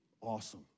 awesome